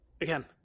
again